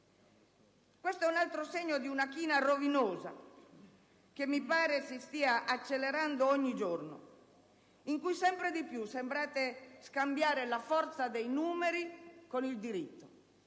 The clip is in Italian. Questo è un altro segno di una china rovinosa, che mi pare stia accelerando ogni giorno, in cui sempre di più sembrate scambiare la forza dei numeri con il diritto.